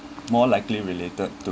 more likely related to